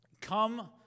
come